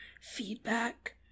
feedback